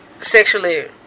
sexually